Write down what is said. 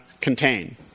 contain